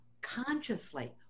consciously